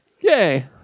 Yay